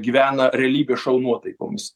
gyvena realybės šou nuotaikomis